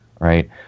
Right